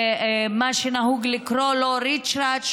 מה שנהוג לקרוא לו "ריצ'רץ",